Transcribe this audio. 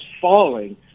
falling